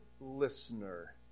listener